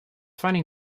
finding